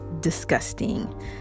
disgusting